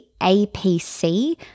APC